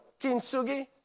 Kintsugi